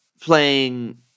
playing